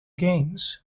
games